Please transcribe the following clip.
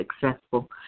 successful